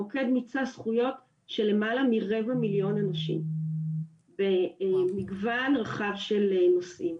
המוקד מיצה זכויות של למעלה מרבע מיליון אנשים במגוון רחב של נושאים.